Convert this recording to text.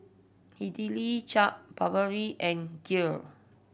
Idili Chaat Papri and Kheer